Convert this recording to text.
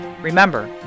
Remember